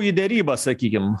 į derybas sakykim